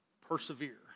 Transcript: Persevere